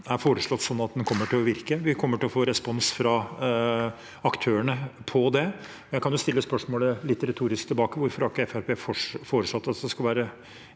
er foreslått slik at den kommer til å virke. Vi kommer til å få respons fra aktørene på det. Jeg kan jo stille spørsmålet litt retorisk tilbake: Hvorfor har ikke Fremskrittspartiet foreslått at det skal være